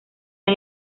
han